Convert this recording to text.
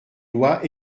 lois